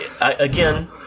again